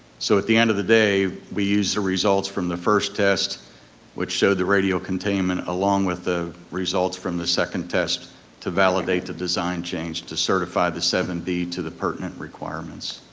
so at the end of the day we used the results from the first test which showed the radial containment along with the results from the second test to validate the design change to certify the seven b to the pertinent requirements.